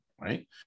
right